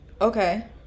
Okay